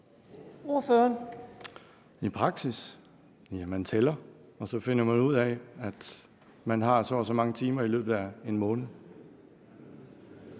man tæller, og så finder man ud af, at man har så og så mange timer i løbet af 1 måned.